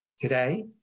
Today